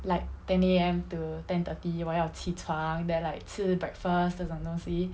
like ten A_M to ten thirty 我要起床 then I like 吃 breakfast 这种东西